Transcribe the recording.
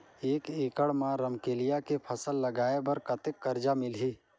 एक एकड़ मा रमकेलिया के फसल लगाय बार कतेक कर्जा मिलही?